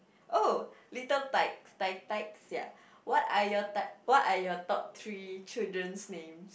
oh little tykes tyke tyke sia what are your t~ what are your top three children's names